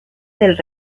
del